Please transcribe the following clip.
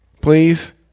Please